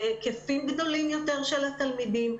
בהיקפים גדולים יותר של התלמידים.